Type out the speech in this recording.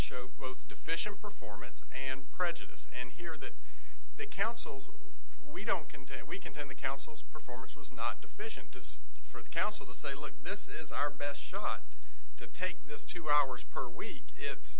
show both deficient performance and prejudice and here that the councils we don't contain we can time the council's performance was not deficient just for the council to say look this is our best shot to take this two hours per week it's